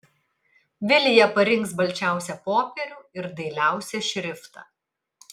vilija parinks balčiausią popierių ir dailiausią šriftą